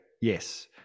Yes